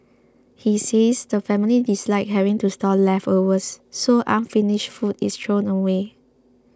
he says the family dislike having to store leftovers so unfinished food is thrown away